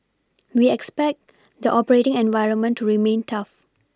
we expect the operating environment to remain tough